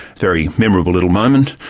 very memorable little moment,